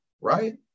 right